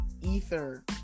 ether